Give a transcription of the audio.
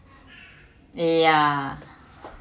ya